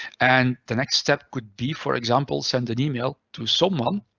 and the next step could be, for example, send an yeah e-mail to someone.